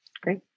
Great